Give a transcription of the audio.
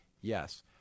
Yes